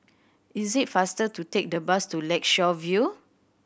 is it faster to take the bus to Lakeshore View